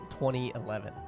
2011